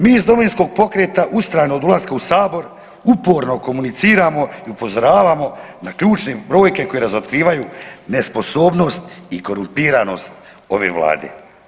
Mi iz Domovinskog pokreta ustrajnog dolaska u sabor uporno komuniciramo i upozoravamo na ključne brojke koje razotkrivaju nesposobnost i korumpiranost ove Vlade.